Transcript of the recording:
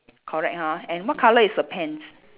correct ha and what colour is the pants